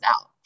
out